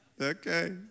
Okay